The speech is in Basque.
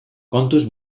kontuz